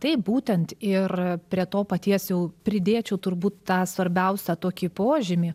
taip būtent ir prie to paties jau pridėčiau turbūt tą svarbiausią tokį požymį